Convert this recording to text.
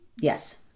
Yes